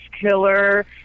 killer